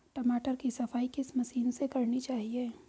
टमाटर की सफाई किस मशीन से करनी चाहिए?